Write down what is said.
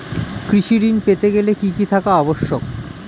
কৃষি ঋণ পেতে গেলে কি কি থাকা আবশ্যক?